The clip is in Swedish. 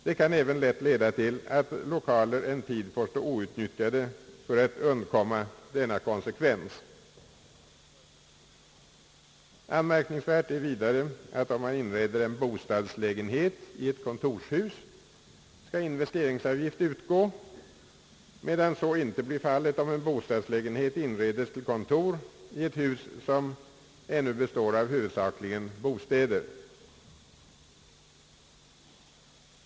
Det kan även lätt leda till att lokaler en tid får stå outnyttjade för att undkomma denna konsekvens. Anmärkningsvärt är vidare, att om man inreder en bostadslägenhet i ett kontorshus skall investeringsavgift utgå, medan så inte blir fallet om en bostadslägenhet inredes till kontor i ett hus som ännu består av huvudsakligen bostäder.